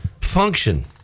function